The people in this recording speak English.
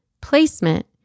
placement